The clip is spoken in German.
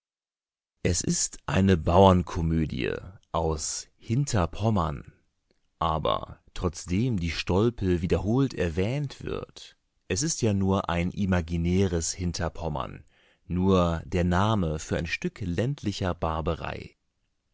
es ist eine bauernkomödie aus hinterpommern aber trotzdem die stolpe wiederholt erwähnt wird es ist ja nur ein imaginäres hinterpommern nur der name für ein stück ländlicher barbarei